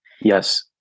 Yes